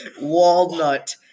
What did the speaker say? walnut